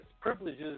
privileges